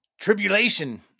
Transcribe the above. Tribulation